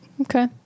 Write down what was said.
Okay